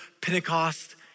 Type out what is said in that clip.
Pentecost